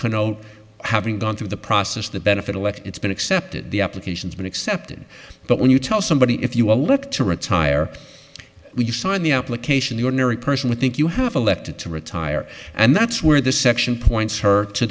no having gone through the process the benefit of it's been accepted the applications been accepted but when you tell somebody if you will look to retire when you signed the application the ordinary person would think you have elected to retire and that's where the section points her to